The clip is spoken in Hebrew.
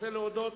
ורוצה להודות,